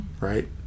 right